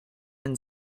and